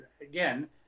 again